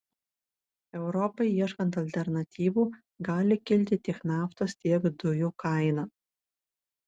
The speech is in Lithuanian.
europai ieškant alternatyvų gali kilti tiek naftos tiek dujų kaina